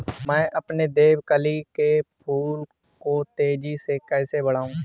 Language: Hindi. मैं अपने देवकली के फूल को तेजी से कैसे बढाऊं?